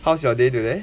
how's your day today